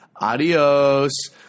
Adios